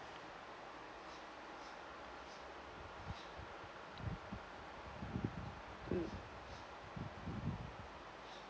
mm